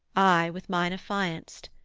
i with mine affianced.